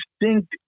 distinct